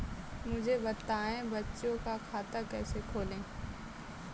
मुझे बताएँ बच्चों का खाता कैसे खोलें?